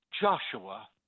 Joshua